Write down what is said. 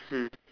mm